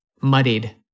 muddied